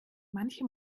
manche